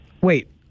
Wait